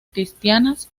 cristianas